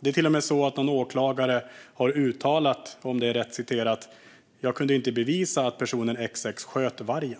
Det är till och med så - om det är rätt citerat - att någon åklagare har uttalat sig så här: Jag kunde inte bevisa att personen X sköt vargen.